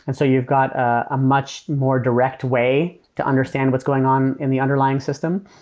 and so you've got a much more direct way to understand what's going on in the underlying system.